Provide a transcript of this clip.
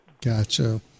Gotcha